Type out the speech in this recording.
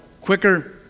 Quicker